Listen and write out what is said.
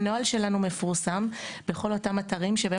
הנוהל שלנו מפורסם בכול אותם אתרים שבהם